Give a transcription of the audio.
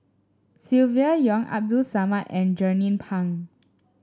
Silvia Yong Abdul Samad and Jernnine Pang